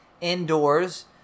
indoors